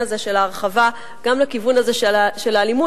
הזה של ההרחבה גם לכיוון הזה של האלימות,